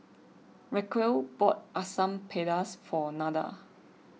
Racquel bought Asam Pedas for Nada